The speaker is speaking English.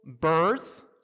birth